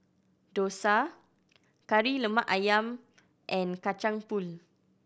dosa Kari Lemak Ayam and Kacang Pool